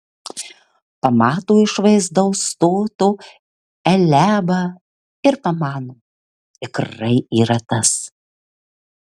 pamato išvaizdaus stoto eliabą ir pamano tikrai yra tas